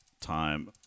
time